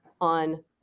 on